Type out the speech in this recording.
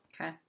Okay